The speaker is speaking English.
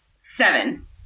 seven